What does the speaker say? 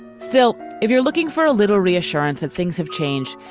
still, if you're looking for a little reassurance that things have changed.